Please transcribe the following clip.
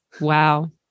Wow